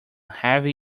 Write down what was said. heavy